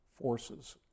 forces